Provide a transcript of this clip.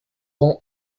grand